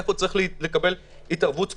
איפה צריך לקבל התערבות ספציפית.